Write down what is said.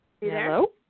Hello